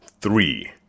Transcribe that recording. three